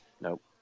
nope